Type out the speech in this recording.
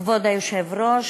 כבוד היושב-ראש,